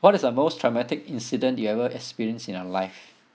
what is the most traumatic incident you ever experienced in your life